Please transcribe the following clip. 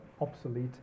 obsolete